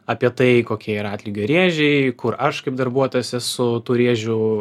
apie tai kokie yra atlygio rėžiai kur aš kaip darbuotojas esu tų rėžių